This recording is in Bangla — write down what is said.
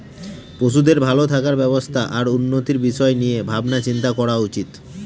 পশুদের ভালো থাকার ব্যবস্থা আর উন্নতির বিষয় নিয়ে ভাবনা চিন্তা করা উচিত